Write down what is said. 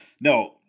No